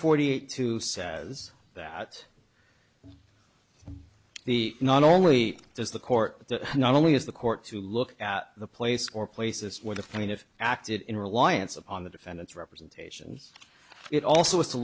forty eight two says that the not only does the court not only as the court to look at the place or places where the plaintiff acted in reliance upon the defendant's representations it also is to